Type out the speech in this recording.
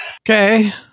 Okay